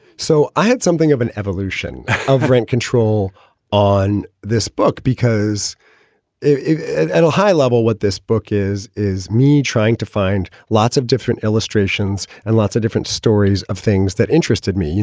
so i had something of an evolution of rent control on this book because it and all high level. what this book is, is me trying to find lots of different illustrations and lots of different stories of things that interested me. you